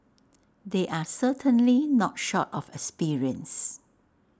they are certainly not short of experience